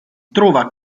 trova